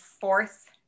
fourth